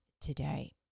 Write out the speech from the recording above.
today